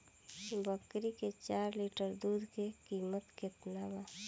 बकरी के चार लीटर दुध के किमत केतना बा?